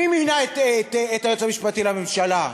מי מינה את היועץ המשפטי לממשלה?